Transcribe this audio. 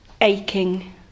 aching